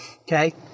Okay